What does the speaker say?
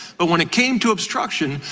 but when it came to obstruction,